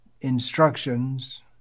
instructions